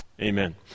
amen